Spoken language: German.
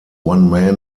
one